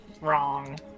wrong